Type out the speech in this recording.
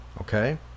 okay